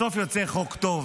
בסוף יוצא חוק טוב.